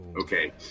Okay